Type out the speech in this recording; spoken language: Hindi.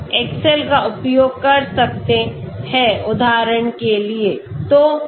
हम एक्सेल का उपयोग कर सकते हैं उदाहरण के लिए